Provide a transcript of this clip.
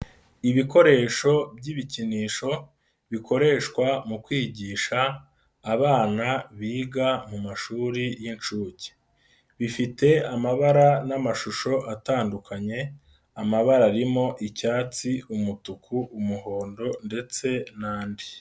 Ibikoresho by'ibikinisho, bikoreshwa mu kwigisha abana biga mu mashuri y'inshuke. Bifite amabara n'amashusho atandukanye, amabara arimo icyatsi, umutuku, umuhondo ndetse n'andi.